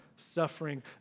Suffering